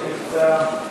לא נמצא,